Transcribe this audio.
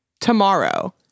tomorrow